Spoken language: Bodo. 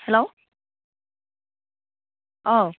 हेल्ल' औ